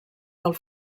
del